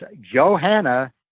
Johanna